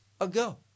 ago